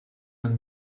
man